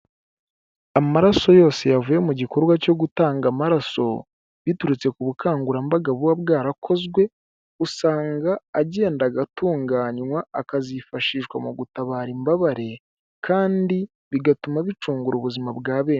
Amaraso yose yavuye mu gikorwa cyo gutanga amaraso biturutse ku bukangurambaga buba bwarakozwe, usanga agenda atunganywa akazifashishwa mu gutabara imbabare kandi bigatuma bicungura ubuzima bwa benshi.